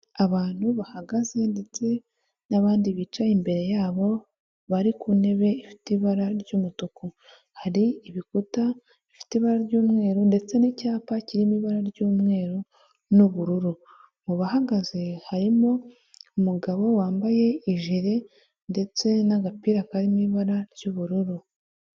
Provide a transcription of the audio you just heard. Abantu bahagaze ndetse n'abandi bicaye imbere yabo, bari ku ntebe ifite ibara ry'umutuku, hari ibikuta bifite ibara ry'umweru, ndetse n'icyapa kirimo ibara ry'umweru, n'ubururu, mu bahagaze harimo umugabo wambaye ijire, ndetse n'agapira karimo ibara ry'ubururu.